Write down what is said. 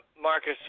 Marcus